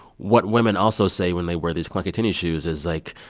what women also say when they wear these clunky tennis shoes is, like,